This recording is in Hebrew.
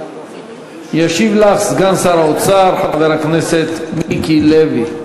ישיב לך סגן שר האוצר חבר הכנסת מיקי לוי.